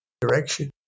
direction